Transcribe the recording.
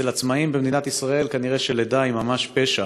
ואצל עצמאים במדינת ישראל כנראה לידה היא ממש פשע,